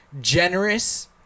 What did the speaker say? generous